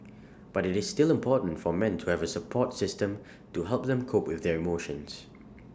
but IT is still important for men to have A support system to help them cope with their emotions